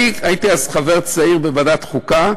אני הייתי אז חבר צעיר בוועדת חוקה.